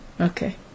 Okay